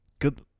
good